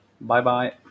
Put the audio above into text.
Bye-bye